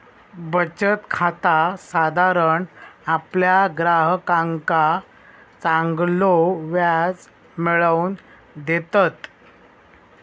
बचत खाता साधारण आपल्या ग्राहकांका चांगलो व्याज मिळवून देतत